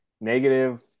negative